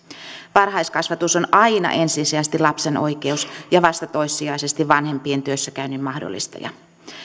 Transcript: varhaiskasvatus on aina ensisijaisesti lapsen oikeus ja vasta toissijaisesti vanhempien työssäkäynnin mahdollistaja